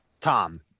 Tom